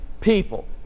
people